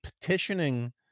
petitioning